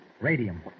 Radium